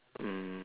um